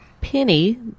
penny